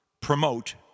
promote